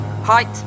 Height